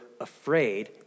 afraid